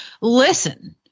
listen